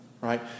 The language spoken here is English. right